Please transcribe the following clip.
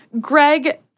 Greg